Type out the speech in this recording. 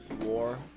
War